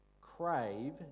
crave